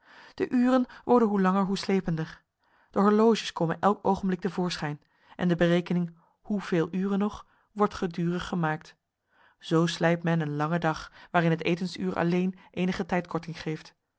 de uren worden hoe langer hoe slepender de horloges komen elk oogenblik te voorschijn en de berekening hoe veel uren nog wordt gedurig gemaakt zoo slijt men een langen dag waarin het etensuur alleen eenige tijdkorting geeft